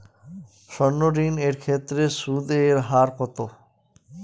সর্ণ ঋণ এর ক্ষেত্রে সুদ এর হার কত?